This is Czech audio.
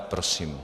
Prosím.